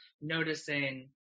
noticing